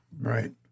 Right